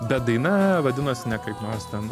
bet daina vadinosi ne kaip nors ten